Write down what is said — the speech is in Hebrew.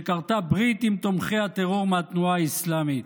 שכרתה ברית עם תומכי הטרור מהתנועה האסלאמית.